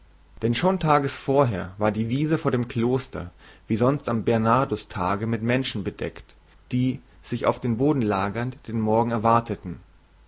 denn schon tages vorher war die wiese vor dem kloster wie sonst am bernardustage mit menschen bedeckt die sich auf den boden lagernd den morgen erwarteten